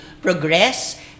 progress